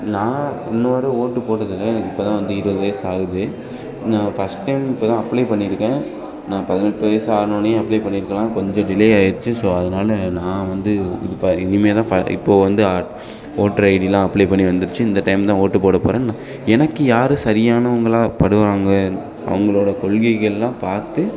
நான் இன்ன வரையும் ஓட்டு போட்டதில்லை எனக்கு இப்போ தான் வந்து இருபது வயசு ஆகுது நான் ஃபர்ஸ்ட் டைம் இப்போ தான் அப்ளை பண்ணிருக்கேன் நான் பதினெட்டு வயசு ஆனோடனேயே அப்ளை பண்ணிருக்கலாம் கொஞ்சம் டிலே ஆயிருச்சு ஸோ அதனால் நான் வந்து இது ப இனிமேல் தான் ப இப்போது வந்து ஆட் ஓட்ரு ஐடிலாம் அப்ளை பண்ணி வந்துருச்சு இந்த டைம் தான் ஓட்டு போடப் போகிறேன் எனக்கு யார் சரியானவங்களாக படுவாங்க அவங்களோட கொள்கைகள்லாம் பார்த்து